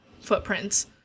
footprints